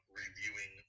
reviewing